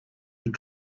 your